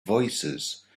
voicesand